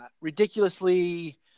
ridiculously